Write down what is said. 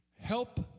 help